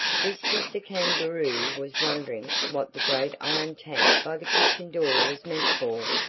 just as the kangaroo was wondering what the great iron tank by the kitchen door was meant for,